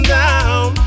down